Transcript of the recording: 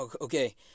okay